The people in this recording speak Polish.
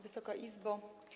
Wysoka Izbo!